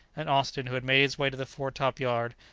and austin, who had made his way to the fore-top-yard,